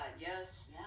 yes